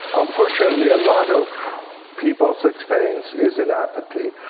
unfortunately, a lot of people's experience is in apathy.